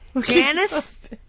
Janice